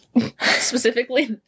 Specifically